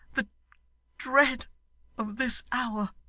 the dread of this hour